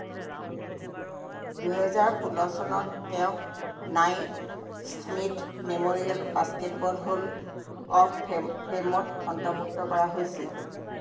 দুহেজাৰ ষোল্ল চনত তেওঁক Naismith memorial basketball hall of ফে'মত অন্তৰ্ভুক্ত কৰা হৈছিল